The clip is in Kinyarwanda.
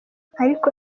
ariko